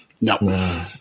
No